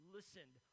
Listened